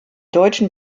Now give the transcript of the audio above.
deutschen